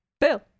bill